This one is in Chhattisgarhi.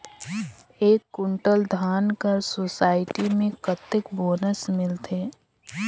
एक कुंटल धान कर सोसायटी मे कतेक बोनस मिलथे?